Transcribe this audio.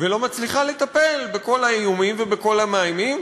ולא מצליחה לטפל בכל האיומים ובכל המאיימים,